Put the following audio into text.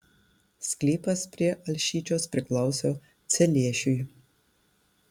sklypas prie alšyčios priklauso celiešiui